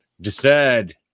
Decide